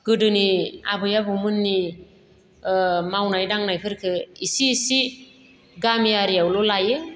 गोदोनि आबै आबौमोननि मावनाय दांनाय फोरखौ इसे इसे गामियारिआवल' लायो